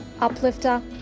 uplifter